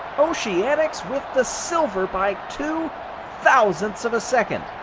oceanics with the silver by two thousandths of a second.